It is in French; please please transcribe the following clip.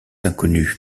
inconnu